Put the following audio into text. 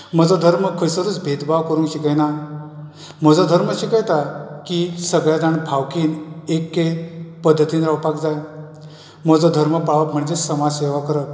म्हजो धर्म खंयसरूच भेदभाव करूंक शिकयना म्हजो धर्म शिकयता की सगळे जाण भावकी एक पद्धतीन रावपाक जाय म्हजो धर्म पाळप म्हणजे समाज सेवा करप